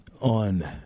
on